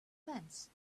fence